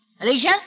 Alicia